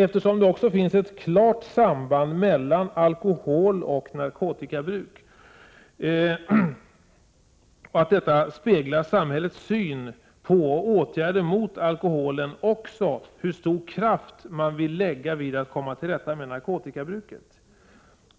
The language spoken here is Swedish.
Eftersom det finns ett klart samband mellan alkoholoch narkotikabruk, speglar samhällets syn på och åtgärder mot alkoholen också hur stor kraft man vill lägga vid att komma till rätta med narkotikabruket.